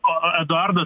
o eduardas